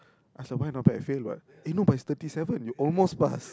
I say why not bad fail lah but it's thirty seven you almost pass